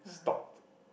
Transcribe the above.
stop